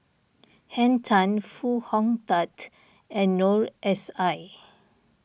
Henn Tan Foo Hong Tatt and Noor S I